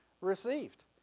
received